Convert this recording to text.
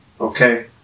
Okay